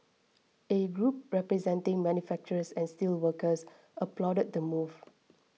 a group representing manufacturers and steelworkers applauded the move